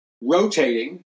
rotating